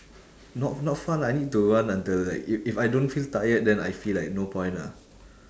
not not fun lah I need to run until like if if I don't feel tired then I feel like no point ah